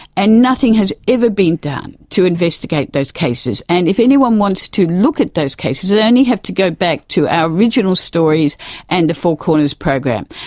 and nothing has ever been done to investigate those cases. and if anyone wants to look at those cases they only have to go back to our original stories and the four corners program.